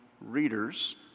readers